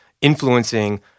influencing